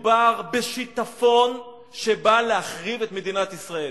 מדובר בשיטפון שבא להחריב את מדינת ישראל.